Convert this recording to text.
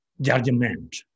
judgment